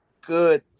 good